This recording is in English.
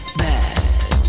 bad